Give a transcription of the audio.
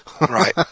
Right